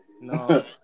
no